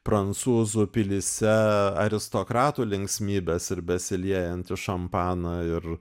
prancūzų pilyse aristokratų linksmybes ir besiliejantį šampaną ir